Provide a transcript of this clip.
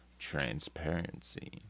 Transparency